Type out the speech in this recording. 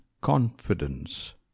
Confidence